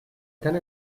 tant